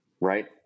Right